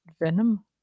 Venom